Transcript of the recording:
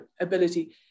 ability